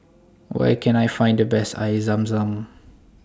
Where Can I Find The Best Air Zam Zam